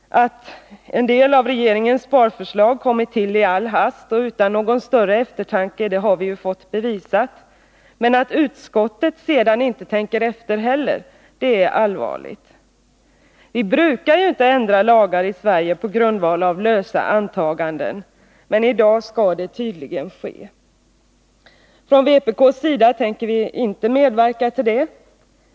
Att en del av regeringens sparförslag kommit till i all hast och utan någon 121 större eftertanke har vi fått bevisat, men att utskottet sedan inte heller tänker efter — det är allvarligt. Vi brukar inte ändra lagar i Sverige på grundval av lösa antaganden, men i dag skall det tydligen ske. Från vpk:s sida tänker vi dock inte medverka till detta.